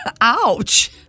ouch